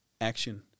action